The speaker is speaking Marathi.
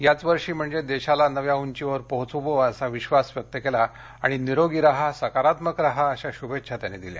याच वर्षी म्हणजे देशाला नव्या उंचीवर पोहोचवू असा विश्वास व्यक्त केला आणि निरोगी रहा सकारात्मक रहा अशा शुभेच्छा त्यांनी दिल्या